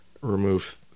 remove